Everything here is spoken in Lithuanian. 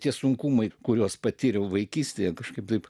tie sunkumai kuriuos patyriau vaikystėje kažkaip